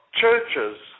churches